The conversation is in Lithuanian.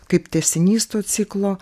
kaip tęsinys to ciklo